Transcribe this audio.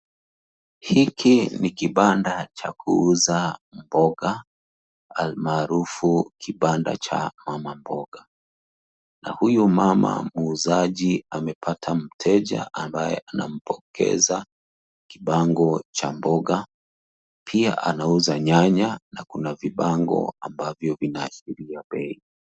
Hiki ni kibanda cha kuuza mboga almaarufu kibanda cha mama mboga. Na huyu mama muuzaji amepata mteja ambaye anampokeza kibango cha mboga pia anauza nyanya na vibango ambavyo vinaashiria bei.